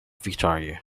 victoria